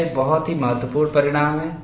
यह एक बहुत ही महत्वपूर्ण परिणाम है